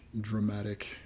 dramatic